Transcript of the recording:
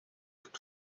could